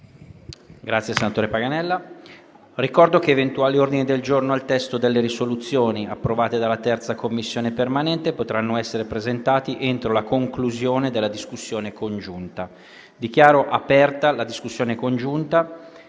apre una nuova finestra"). Ricordo che eventuali ordini del giorno al testo delle risoluzioni approvate dalla 3a Commissione permanente potranno essere presentati entro la conclusione della discussione congiunta. Dichiaro aperta la discussione congiunta.